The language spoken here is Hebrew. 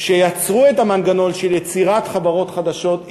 שיצרו את המנגנון של יצירת חברות חדשות,